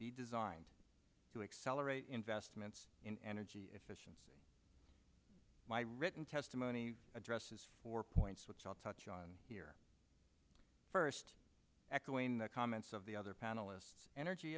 designed to accelerate investments in energy efficiency my written testimony addresses four points which i'll touch on here first echoing the comments of the other panelists energy